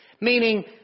meaning